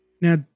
Now